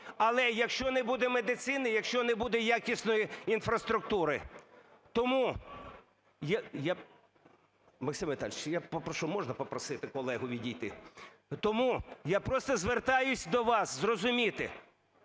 але якщо не буде медицини, якщо не буде якісної інфраструктури. Тому, Максим Віталійович, я попрошу, можна попросити колегу відійти. Тому я просто звертаюся до вас, зрозуміти.